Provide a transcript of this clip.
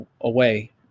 away